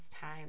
time